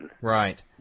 Right